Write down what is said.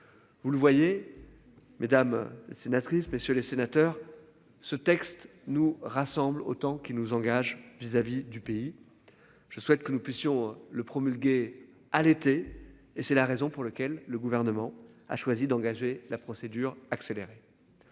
Vous le voyez. Mesdames sénatrices messieurs les sénateurs, ce texte nous rassemble autant qui nous engage vis à vis du pays. Je souhaite que nous puissions le promulguer. À l'été et c'est la raison pour laquelle le gouvernement a choisi d'engager la procédure accélérée.